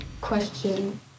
question